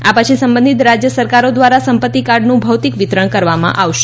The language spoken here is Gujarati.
આ પછી સંબંધિત રાજ્ય સરકારો દ્વારા સંપત્તિ કાર્ડનું ભૌતિક વિતરણ કરવામાં આવશે